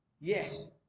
Yes